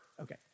Okay